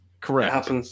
Correct